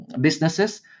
businesses